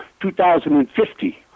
2050